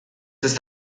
ist